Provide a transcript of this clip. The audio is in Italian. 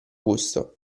gusto